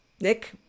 Nick